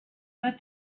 but